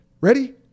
Ready